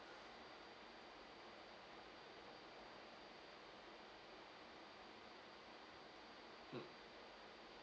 mm